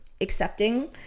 accepting